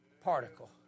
particle